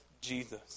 Jesus